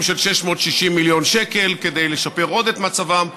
של 660 מיליון שקל כדי לשפר עוד את מצבם.